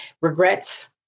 regrets